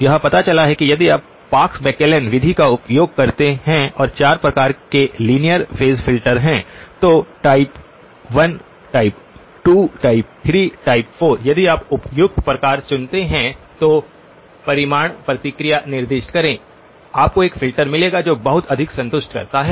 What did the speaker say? यह पता चला है कि यदि आप पार्क्स मैकलेलन विधि का उपयोग करते हैं और 4 प्रकार के लीनियर फेज फ़िल्टर हैं तो टाइप 1 टाइप 2 टाइप 3 टाइप 4 यदि आप उपयुक्त प्रकार चुनते हैं तो परिमाण प्रतिक्रिया निर्दिष्ट करें आपको एक फ़िल्टर मिलेगा जो बहुत अधिक संतुष्ट करता है